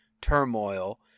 turmoil